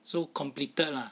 so completed lah